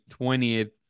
20th